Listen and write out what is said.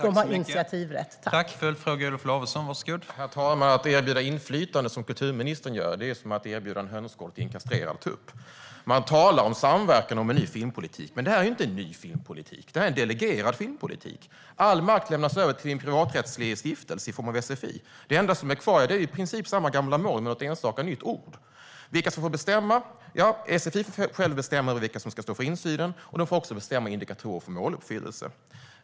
Herr talman! Att erbjuda inflytande som kulturministern gör är som att erbjuda en hönsgård till en kastrerad tupp. Man talar om samverkan och om en ny filmpolitik, men detta är ju inte en ny filmpolitik - det är en delegerad filmpolitik. All makt lämnas över till en privaträttslig stiftelse i form av SFI. Det enda som är kvar är i princip samma gamla mål men med något enstaka nytt ord. När det gäller vilka som får bestämma får SFI själva bestämma vilka som ska stå för insynen, och de får även bestämma indikatorer för måluppfyllelse.